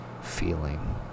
feeling